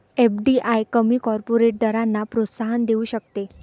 FDI कमी corporate दरांना प्रोत्साहन देऊ शकते